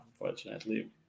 unfortunately